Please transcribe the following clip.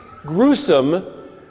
gruesome